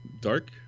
Dark